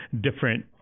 different